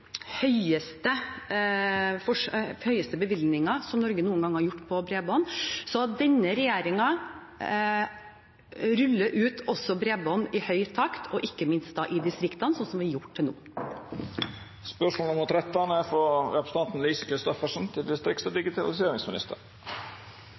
Norge noen gang har gjort til bredbånd. Så denne regjeringen ruller ut også bredbånd i høy fart, ikke minst i distriktene, slik vi har gjort til nå. «Folk opplever under dagens regjering at tjeneste etter tjeneste flyttes ut av lokalsamfunnet og